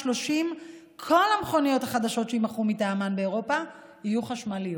כל המכוניות החדשות שיימכרו מטעמן באירופה יהיו חשמליות.